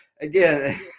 again